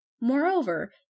Moreover